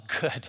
good